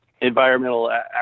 environmental